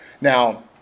Now